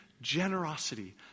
generosity